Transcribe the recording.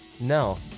no